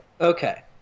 Okay